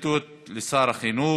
שאילתות לשר החינוך.